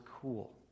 cool